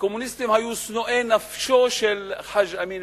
הקומוניסטים היו שנואי נפשו של חאג' אמין